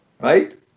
right